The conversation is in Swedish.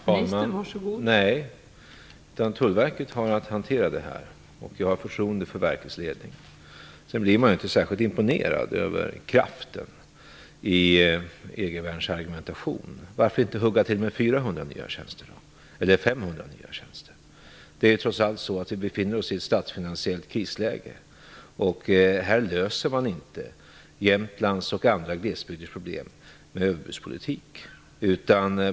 Fru talman! Svaret är nej. Tullverket har att hantera frågan, och jag har förtroende för verkets ledning. Sedan blir jag inte särskilt imponerad över kraften i Egervärns argumentation. Varför inte hugga till med 400 eller 500 nya tjänster? Det är trots allt så att vi befinner oss i ett statsfinansiellt krisläge. Man löser inte Jämtlands och andra glesbygders problem med överbudspolitik.